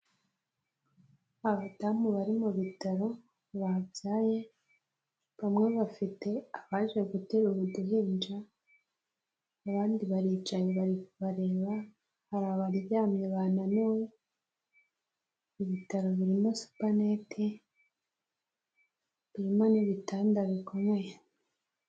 Abadamu bari mu bitaro babyaye bamwe bafite abaje guterura uduhinja, abandi baricaye bari kubareba hari abaryamye bananiwe ibitaro birimo supanete birimo n'ibitanda bikomeye.